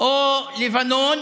או לבנון,